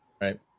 right